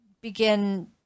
begin